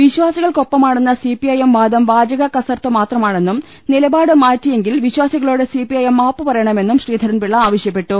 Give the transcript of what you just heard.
വിശ്വാസികൾക്കൊപ്പമാണെന്ന് CPIM വാദം വാച കകസർത്ത് മാത്രമാണെന്നും നിലപാട്ട് ്മാറ്റിയെങ്കിൽ വിശ്വാസിക ളോട് സിപിഐഎം മാപ്പുപ്പറയുണ്ട്മെന്നും ശ്രീധരൻപിളള ആവശ്യ പ്പെട്ടു